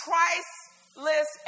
priceless